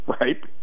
right